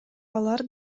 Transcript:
алар